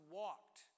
walked